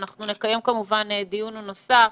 אנחנו נקיים כמובן דיון נוסף,